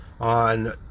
on